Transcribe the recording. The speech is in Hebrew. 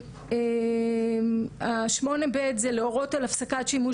כי בואו נאמר שאנחנו עושים צו הרחקה של מישהו ממישהי,